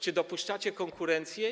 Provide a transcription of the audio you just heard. Czy dopuszczacie konkurencję?